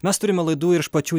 mes turime laidų ir iš pačių